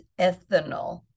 ethanol